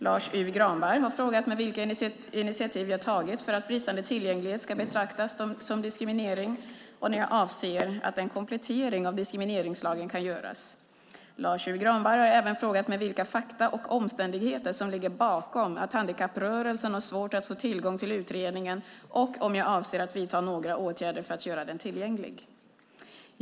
Lars U Granberg har frågat mig vilka initiativ jag tagit för att bristande tillgänglighet ska betraktas som diskriminering och när jag avser att en komplettering av diskrimineringslagen kan göras. Lars U Granberg har även frågat mig vilka fakta och omständigheter som ligger bakom att handikapprörelsen har svårt att få tillgång till utredningen och om jag avser att vidta några åtgärder för att göra den tillgänglig.